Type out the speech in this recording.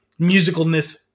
musicalness